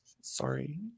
Sorry